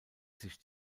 sich